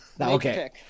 Okay